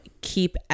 keep